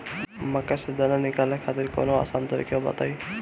मक्का से दाना निकाले खातिर कवनो आसान तकनीक बताईं?